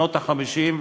שנות ה-50,